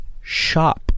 shop